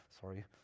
sorry